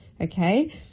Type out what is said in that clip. okay